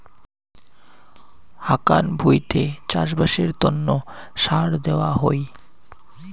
হাকান ভুঁইতে চাষবাসের তন্ন সার দেওয়া হই